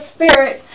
Spirit